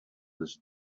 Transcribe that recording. this